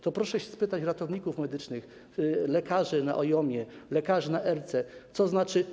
To proszę się spytać ratowników medycznych, lekarzy na OIOM-ie, lekarzy na erce, co to znaczy.